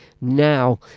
now